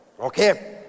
Okay